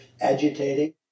agitating